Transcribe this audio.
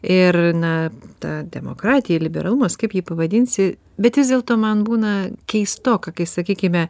ir na ta demokratija liberalumas kaip jį pavadinsi bet vis dėlto man būna keistoka kai sakykime